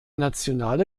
nationale